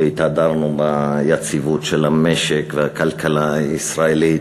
והתהדרנו ביציבות של המשק והכלכלה הישראלית